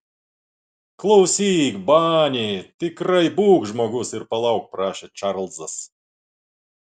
klausyk bani tikrai būk žmogus ir palauk prašė čarlzas